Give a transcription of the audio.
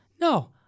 No